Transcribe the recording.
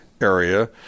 area